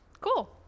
Cool